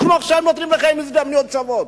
אנחנו עכשיו נותנים לכם הזדמנויות שוות,